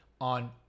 on